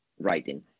Writing